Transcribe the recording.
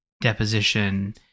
deposition